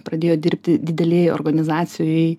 pradėjo dirbti didelėj organizacijoj